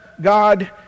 God